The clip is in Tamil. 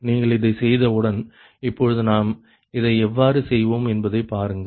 நீங்கள் இதை செய்த உடன் இப்பொழுது நாம் இதை எவ்வாறு செய்வோம் என்பதை பாருங்கள்